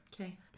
Okay